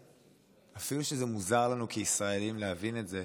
אפילו שזה מוזר לנו כישראלים להבין את זה,